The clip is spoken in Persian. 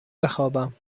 بخوابم